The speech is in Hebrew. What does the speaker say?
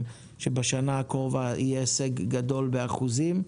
שבשנה הקרובה יהיה הישג גדול באחוזים.